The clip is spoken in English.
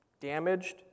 damaged